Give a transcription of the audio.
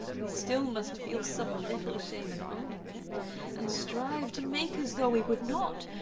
we still must feel some little shame in owning it and strive to make as though we would not,